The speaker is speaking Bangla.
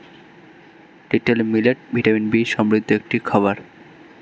লিটল মিলেট ভিটামিন বি সমৃদ্ধ একটি খাবার